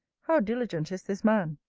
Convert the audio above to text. how diligent is this man!